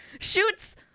Shoots